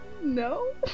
no